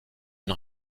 une